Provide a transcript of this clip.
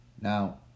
Now